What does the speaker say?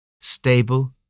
stable